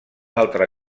altre